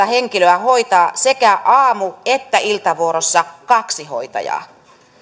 henkilöä hoitaa sekä aamu että iltavuorossa kaksi hoitajaa